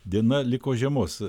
diena liko žiemos